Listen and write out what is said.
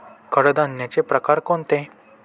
कडधान्याचे प्रकार कोणते?